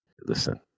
Listen